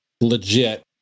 legit